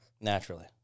Naturally